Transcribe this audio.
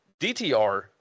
DTR